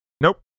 Nope